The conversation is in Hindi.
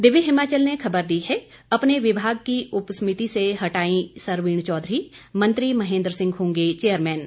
दिव्य हिमाचल ने खबर दी है अपने विभाग की उपसमिति से हटाई सरवीण चौधरी मंत्री महेंद्र सिंह होंगे चेयरमैन